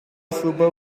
super